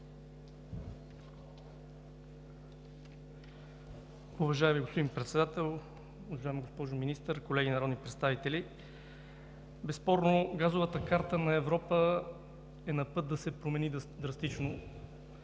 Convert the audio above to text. уважаема госпожо Министър, колеги народни представители! Безспорно газовата карта на Европа е на път да се промени драстично.